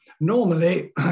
Normally